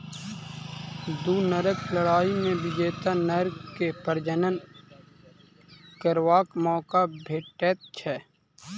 दू नरक लड़ाइ मे विजेता नर के प्रजनन करबाक मौका भेटैत छै